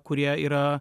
kurie yra